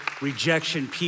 rejection